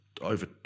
over